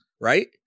right